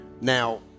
now